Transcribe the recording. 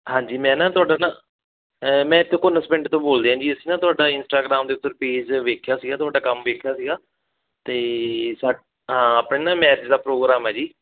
ਹਾਂਜੀ ਮੈਂ ਨਾ ਤੁਹਾਡਾ ਨਾ ਮੈਂ ਐਤੋ ਕੋ ਨਸਪਿੰਡ ਤੋਂ ਬੋਲ ਰਿਹਾ ਜੀ ਅਸੀਂ ਨਾ ਤੁਹਾਡਾ ਇੰਸਟਾਗ੍ਰਾਮ ਦੇ ਉੱਤੇ ਪੇਜ ਵੇਖਿਆ ਸੀਗਾ ਤੁਹਾਡਾ ਕੰਮ ਵੇਖਿਆ ਸੀਗਾ ਅਤੇ ਸਾਡ ਹਾਂ ਆਪਣੇ ਨਾ ਮੈਰਿਜ ਦਾ ਪ੍ਰੋਗਰਾਮ ਹੈ ਜੀ